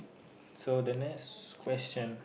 so the next question